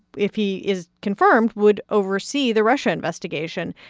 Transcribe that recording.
if he is confirmed, would oversee the russia investigation.